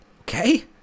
Okay